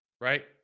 right